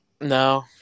No